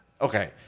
okay